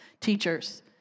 teachers